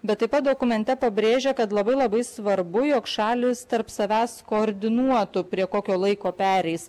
bet taip pat dokumente pabrėžia kad labai labai svarbu jog šalys tarp savęs koordinuotų prie kokio laiko pereis